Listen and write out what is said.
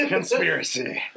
conspiracy